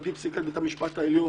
על פי פסיקת בית המשפט העליון,